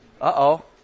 Uh-oh